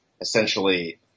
essentially